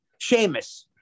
Seamus